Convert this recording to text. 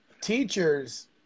teachers